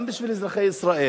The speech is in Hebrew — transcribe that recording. גם בשביל אזרחי ישראל